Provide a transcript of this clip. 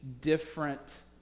different